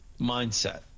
mindset